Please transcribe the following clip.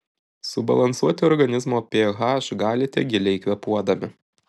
subalansuoti organizmo ph galite giliai kvėpuodami